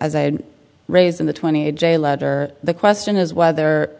i raise in the twenty j letter the question is whether